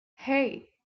hey